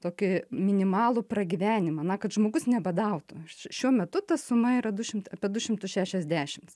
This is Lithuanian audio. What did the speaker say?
tokį minimalų pragyvenimą na kad žmogus nebadautų šiuo metu ta suma yra du šimt apie du šimtus šešiasdešims